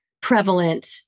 prevalent